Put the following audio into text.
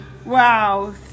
wow